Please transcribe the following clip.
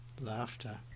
Laughter